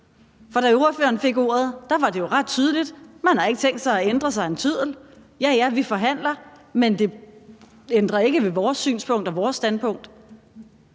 da ordføreren fik ordet, var det jo ret tydeligt, at man ikke har tænkt sig at ændre sig en tøddel: Ja, ja, vi forhandler, men det ændrer ikke ved vores synspunkt og vores standpunkt.